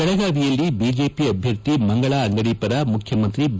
ಬೆಳಗಾವಿಯಲ್ಲಿ ಬಿಜೆಪಿ ಅಭ್ಯರ್ಥಿ ಮಂಗಳಾ ಅಂಗಡಿ ಪರ ಮುಖ್ಯಮಂತ್ರಿ ಬಿ